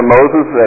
Moses